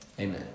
Amen